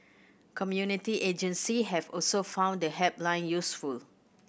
community agency have also found the helpline useful